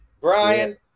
Brian